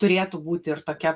turėtų būti ir tokia